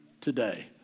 today